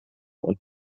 und